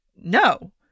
no